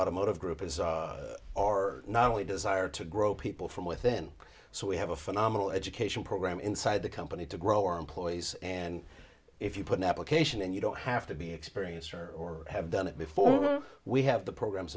automotive group or not only desire to grow people from within so we have a phenomenal education program inside the company to grow our employees and if you put an application and you don't have to be experienced or have done it before we have the programs